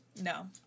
No